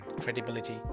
credibility